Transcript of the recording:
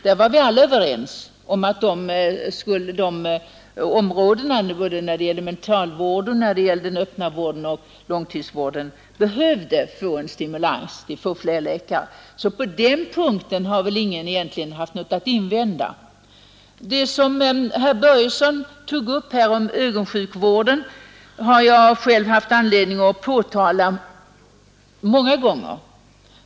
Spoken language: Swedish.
Vi var alla överens om att mentalvården, den öppna vården och långtidsvården behövde få fler läkare. På den punkten har ingen egentligen haft något att invända. Det som herr Börjesson i Falköping tog upp om ögonsjukvården, har jag själv haft anledning påtala många gånger.